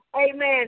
Amen